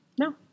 no